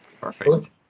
Perfect